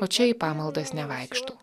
o čia į pamaldas nevaikštau